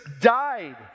died